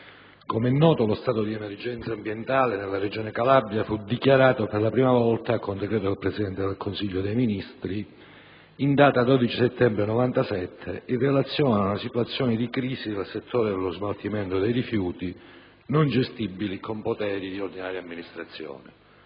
Com'è noto, lo stato di emergenza ambientale nella Regione Calabria fu dichiarato per la prima volta con decreto del Presidente del Consiglio dei ministri in data 12 settembre 1997, in relazione ad una situazione di crisi del settore dello smaltimento dei rifiuti non gestibile con poteri di ordinaria amministrazione.